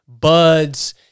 buds